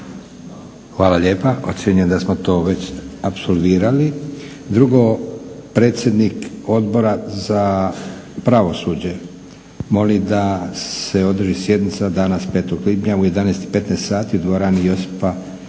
Hvala lijepa. Ocjenjujem da smo to već apsolvirali. Drugo, predsjednik Odbora za pravosuđe moli da se održi sjednica danas 5.lipnja u 11,15 sati u dvorani Jelačić